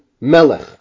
Melech